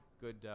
good